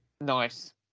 nice